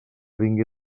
vingui